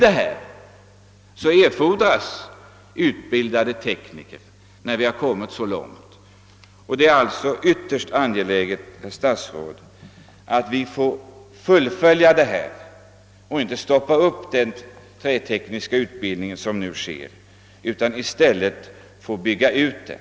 Men härtill fordras utbildade tekniker, och det är alltså ytterst angeläget, herr statsråd, att vi får fullfölja arbetet. Vi får därför inte stoppa upp den trätekniska utbildningen, utan måste i stället bygga ut den.